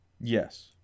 Yes